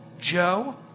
Joe